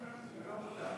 אני לא מודאג.